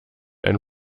ein